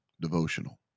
devotional